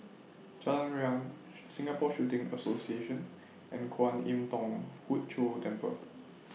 Jalan Riang Singapore Shooting Association and Kwan Im Thong Hood Cho Temple